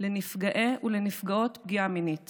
לנפגעות ולנפגעי פגיעה מינית